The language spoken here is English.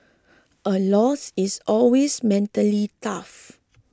a loss is always mentally tough